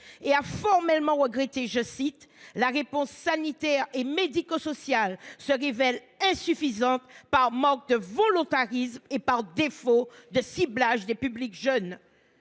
et a formellement regretté que « la réponse sanitaire et médico sociale se révèle insuffisante par manque de volontarisme et par défaut de ciblage des jeunes ».